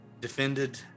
defended